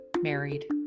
married